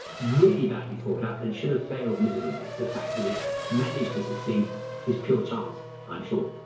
really badly thought out and should have failed miserably. the fact that it managed to succeed is pure chance i'm sure.